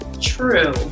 True